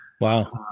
Wow